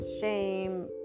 shame